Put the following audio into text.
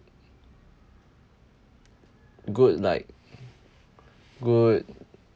good like good